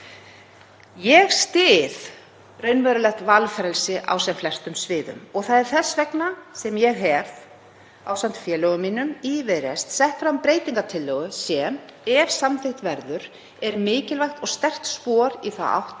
Ég styð raunverulegt valfrelsi á sem flestum sviðum. Þess vegna hef ég, ásamt félögum mínum í Viðreisn, lagt fram breytingartillögu sem, ef samþykkt verður, er mikilvægt og sterkt spor í þá átt